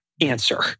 answer